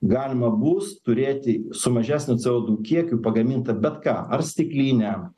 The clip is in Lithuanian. galima bus turėti su mažesniu co du kiekiu pagamintą bet ką ar stiklinę